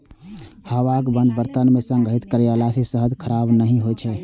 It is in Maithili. हवाबंद बर्तन मे संग्रहित कयला सं शहद खराब नहि होइ छै